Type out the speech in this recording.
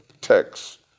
text